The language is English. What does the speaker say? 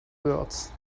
birds